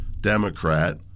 Democrat